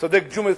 צודק ג'ומס,